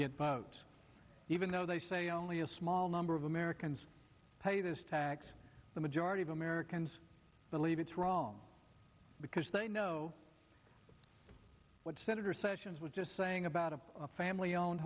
get vote even though they say only a small number of americans pay this tax the majority of americans believe it's wrong because they know what senator sessions was just saying about a family owned